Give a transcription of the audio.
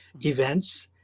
events